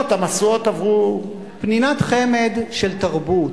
המשואות עברו, פנינת חמד של תרבות.